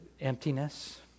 emptiness